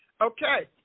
Okay